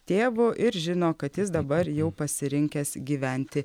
tėvu ir žino kad jis dabar jau pasirinkęs gyventi